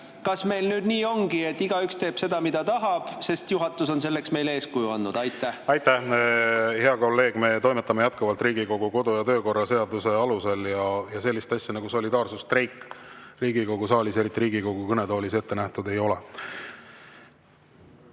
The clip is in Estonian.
kas meil nüüd ongi nii, et igaüks teeb seda, mida tahab, sest juhatus on selleks meile eeskuju andnud? Aitäh, hea kolleeg! Me toimetame jätkuvalt Riigikogu kodu- ja töökorra seaduse alusel. Ja sellist asja nagu solidaarsusstreik Riigikogu saalis, eriti Riigikogu kõnetoolis, ette nähtud ei